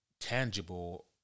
tangible